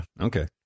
okay